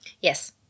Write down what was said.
Yes